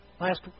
Last